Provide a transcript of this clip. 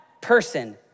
person